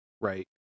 right